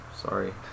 sorry